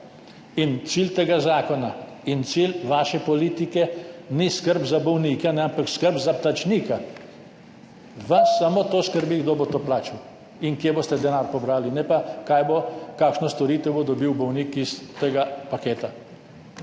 In cilj tega zakona in cilj vaše politike ni skrb za bolnika, ampak skrb za plačnika. Vas samo to skrbi kdo bo to plačal in kje boste denar pobrali, ne pa, kaj bo, kakšno storitev bo dobil bolnik iz tega paketa.